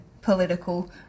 political